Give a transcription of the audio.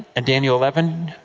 and daniel eleven,